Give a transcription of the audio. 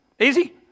Easy